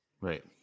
Right